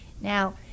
Now